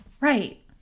right